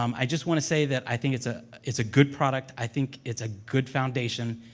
um i just want to say that i think it's a it's a good product, i think it's a good foundation,